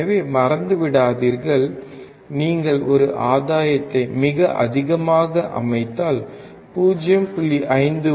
எனவே மறந்துவிடாதீர்கள் நீங்கள் ஒரு ஆதாயத்தை மிக அதிகமாக அமைத்தால் 0